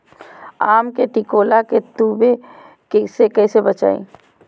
आम के टिकोला के तुवे से कैसे बचाई?